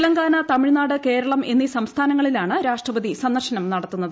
തെലങ്കാന തമിഴ്നാട് കേരളം എന്നീ സംസ്ഥാനങ്ങളിലാണ് രാഷ്ട്രപതി സന്ദർശനം നടത്തുന്നത്